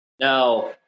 No